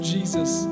Jesus